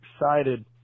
excited